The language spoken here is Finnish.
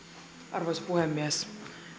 arvoisa puhemies